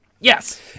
Yes